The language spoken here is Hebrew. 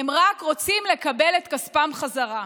והם רק רוצים לקבל את כספם חזרה.